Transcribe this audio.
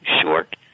short